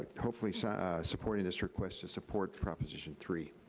ah hopefully so supporting this request to support proposition three.